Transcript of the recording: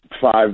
five